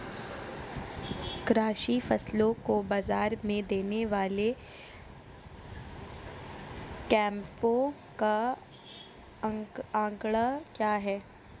कृषि फसलों को बाज़ार में देने वाले कैंपों का आंकड़ा क्या है?